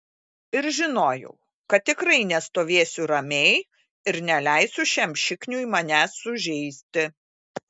ir žinojau kad tikrai nestovėsiu ramiai ir neleisiu šiam šikniui manęs sužeisti